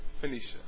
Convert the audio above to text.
Phoenicia